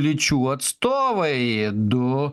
lyčių atstovai du